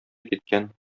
киткән